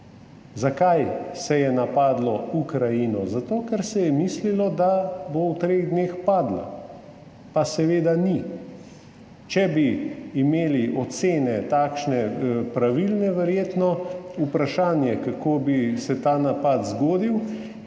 Zakaj so napadli Ukrajino? Zato, ker so mislili, da bo v treh dneh padla, pa seveda ni. Če bi imeli takšne, verjetno pravilne, ocene, vprašanje, kako bi se ta napad zgodil.